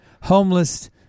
homeless